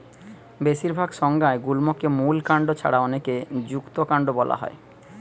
বেশিরভাগ সংজ্ঞায় গুল্মকে মূল কাণ্ড ছাড়া অনেকে যুক্তকান্ড বোলা হয়